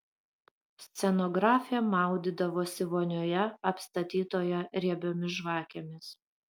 scenografė maudydavosi vonioje apstatytoje riebiomis žvakėmis